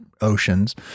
oceans